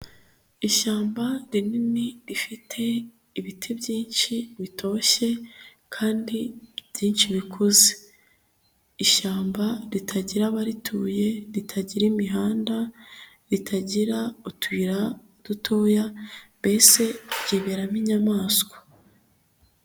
Ishyamba rinini rifite ibiti byinshi bitoshye kandi byinshi bikuze, ishyamba ritagira abarituye, ritagira imihanda, ritagira utuyira dutoya mbese ryiberamo inyamanswa.